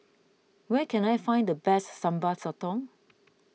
where can I find the best Sambal Sotong